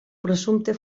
presumpte